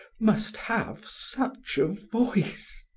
must have such a voice.